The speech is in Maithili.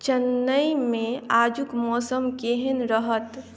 चेन्नइमे आजुक मौसम केहन रहत